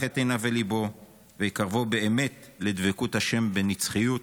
את עיניו וליבו ויקרבו באמת לדבקות ה' בנצחיות".